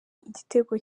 igitego